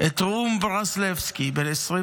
את רום ברסלבסקי, בן 21